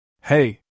Hey